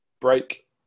break